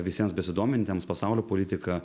visiems besidomintiems pasaulio politika